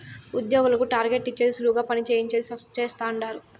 ఉద్యోగులకు టార్గెట్ ఇచ్చేది సులువుగా పని చేయించేది చేస్తండారు